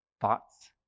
Thoughts